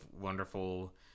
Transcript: wonderful